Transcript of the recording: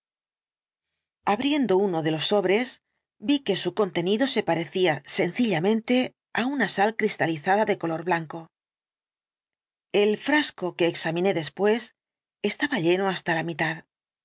abriendo uno de los sobres vi que su contenido se parecía sencillamente á una sal cristalizada de color blanco el frasco que examiné después estaba lleno hasta la mitad